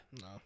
No